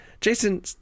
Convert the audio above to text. Jason